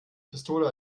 pistole